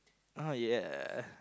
ah yeah